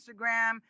Instagram